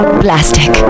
plastic